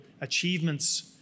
achievements